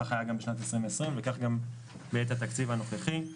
כך היה גם בשנת 2020 וכך יהיה בתקציב הנוכחי.